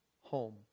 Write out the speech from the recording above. home